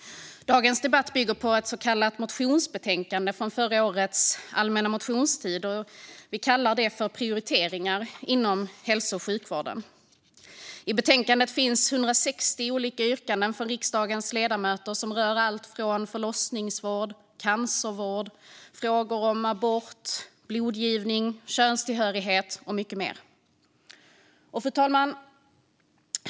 Dagens debatt bygger på ett så kallat motionsbetänkande, Prioritering ar inom hälso och sjukvården , från förra årets allmänna motionstid. I betänkandet finns 160 olika yrkanden från riksdagens ledamöter som rör förlossningsvård, cancervård, frågor om abort, blodgivning, könstillhörighet och mycket mer. Fru talman!